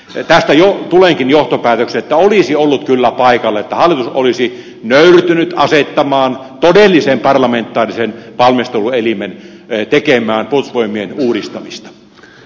tästä tulenkin johtopäätökseen että olisi ollut kyllä paikallaan että hallitus olisi nöyrtynyt asettamaan todellisen parlamentaarisen valmisteluelimen tekemään puolustusvoimien uudistamista